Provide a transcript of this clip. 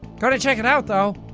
gonna check it out though!